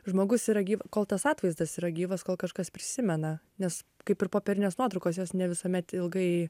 žmogus yra gyv kol tas atvaizdas yra gyvas kol kažkas prisimena nes kaip ir popierinės nuotraukos jos ne visuomet ilgai